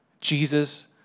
Jesus